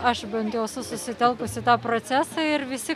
aš bent jau esu susitelkus į tą procesą ir visi